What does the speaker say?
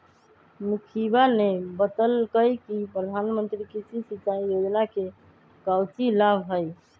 मुखिवा ने बतल कई कि प्रधानमंत्री कृषि सिंचाई योजना के काउची लाभ हई?